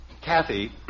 Kathy